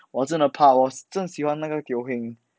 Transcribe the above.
我真的怕我真的喜欢那个 Teo Heng